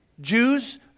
Jews